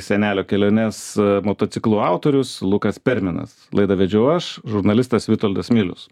senelio keliones motociklu autorius lukas perminas laidą vedžiau aš žurnalistas vitoldas milius